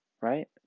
right